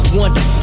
wonder